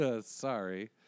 Sorry